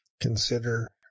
consider